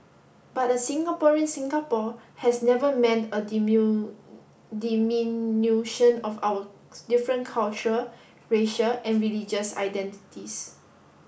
but a Singaporean Singapore has never meant a diminution of our different culture racial or religious identities